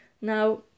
Now